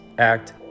act